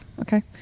Okay